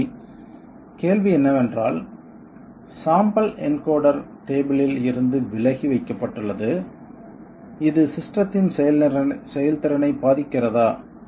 ஏன் இல்லை கேள்வி என்னவென்றால் சாம்பல் என்கோடர் டேபிள் இல் இருந்து விலகி வைக்கப்பட்டுள்ளது இது சிஸ்டத்தின் செயல்திறனை பாதிக்கிறதா